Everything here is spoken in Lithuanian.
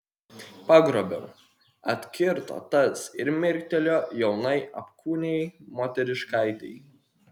pagrobiau atkirto tas ir mirktelėjo jaunai apkūniai moteriškaitei